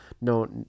No